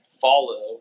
follow